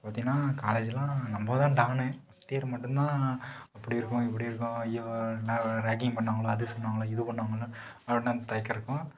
பார்த்தீன்னா காலேஜுலாம் நம்ம தான் டான்னு ஃபஸ்ட் இயர் மட்டும் தான் அப்படி இருக்கும் இப்படி இருக்கும் ஐயோ என்ன ரேகிங் பண்ணுவாங்களோ அது செய்வாங்களா இது பண்ணுவாங்களா அப்படின்னு அந்த தயக்கம் இருக்கும்